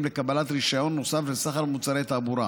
לקבלת רישיון נוסף לסחר במוצרי תעבורה.